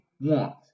want